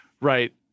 Right